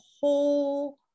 whole